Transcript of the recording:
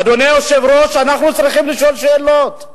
אדוני היושב-ראש, אנחנו צריכים לשאול שאלות: